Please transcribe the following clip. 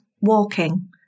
walking